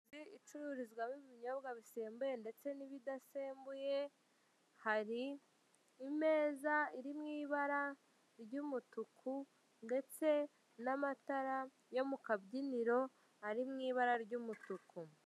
Icururizwamo ibinyobwa bisembuye ndetse n'ibidasembuye, hari imeza iri mu ibara ry'umutuku ndetse n'amatara yo mu kabyiniro ari mu ibara ry'umutuku.